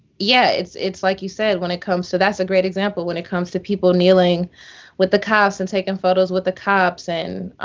yeah. it's it's like you said. when it comes to that's a great example. when it comes to people kneeling with the cops and taking photos with the cops. and